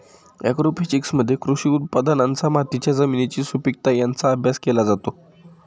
ॲग्रोफिजिक्समध्ये कृषी उत्पादनांचा मातीच्या जमिनीची सुपीकता यांचा अभ्यास केला जातो